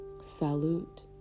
Salute